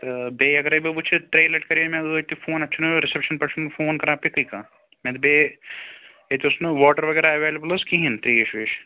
تہٕ بیٚیہِ اگرٔے بہٕ وُچھہٕ ترٛیہِ لٹہِ کَریٛاے مےٚ ٲدۍ تہِ فون اَتہِ چھُنہٕ رِسیٚپشن پٮ۪ٹھ چھُنہٕ فون کَران پِکٕے کانٛہہ مےٚ دپیٛاے ییٚتہِ اوس نہٕ واٹر وغیرہ ایٚولیبٕل حظ کِہیٖنۍ ترٛیش ویش